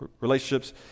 relationships